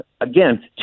again